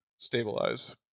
Stabilize